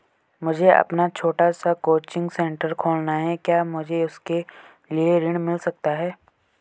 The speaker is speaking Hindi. मुझे अपना छोटा सा कोचिंग सेंटर खोलना है क्या मुझे उसके लिए ऋण मिल सकता है?